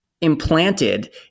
implanted